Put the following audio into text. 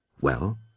Well